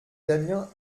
damien